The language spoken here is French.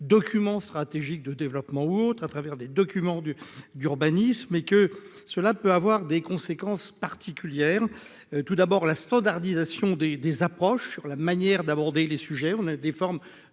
documents stratégiques de développement ou autre, à travers des documents du d'urbanisme et que cela peut avoir des conséquences particulières : tout d'abord la standardisation des des approches sur la manière d'aborder les sujets, on a des formes